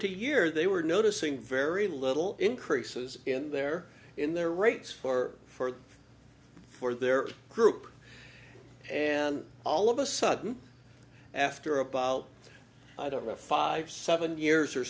to year they were noticing very little increases in their in their rates for for for their group and all of a sudden after about i don't know five seven years or